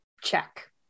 check